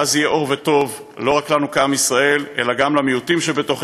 ואז יהיה אור וטוב לא רק לנו כעם ישראל אלא גם למיעוטים שבתוכנו